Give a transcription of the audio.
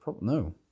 No